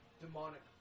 demonic